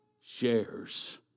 shares